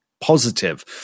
positive